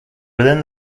within